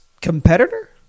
competitor